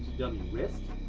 w? wriste?